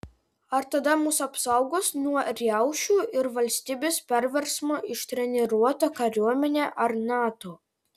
ar tada mus apsaugos nuo riaušių ir valstybės perversmo ištreniruota kariuomenė ar nato